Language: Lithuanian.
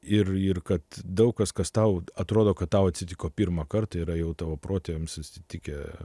ir ir kad daug kas kas tau atrodo kad tau atsitiko pirmą kartą yra jau tavo protėviams atsitikę